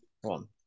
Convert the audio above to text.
One